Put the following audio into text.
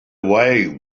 away